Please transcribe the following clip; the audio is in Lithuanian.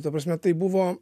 ta prasme tai buvo